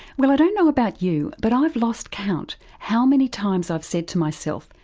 well i don't know about you but i've lost count how many times i've said to myself,